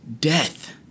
Death